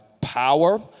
power